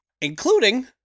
Including